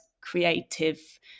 creative